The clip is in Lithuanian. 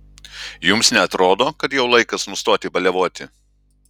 jums neatrodo kad jau laikas nustoti baliavoti